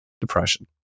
Depression